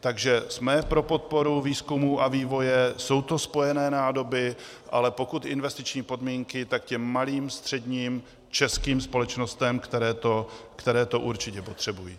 Takže jsme pro podporu výzkumu a vývoje, jsou to spojené nádoby, ale pokud investiční podmínky, tak těm malým a středním českým společnostem, které to určitě potřebují.